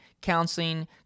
counseling